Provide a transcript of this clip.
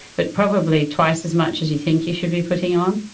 but probably twice as much as you think you should be putting on.